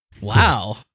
Wow